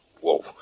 Whoa